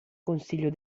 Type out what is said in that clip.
consiglio